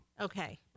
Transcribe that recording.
okay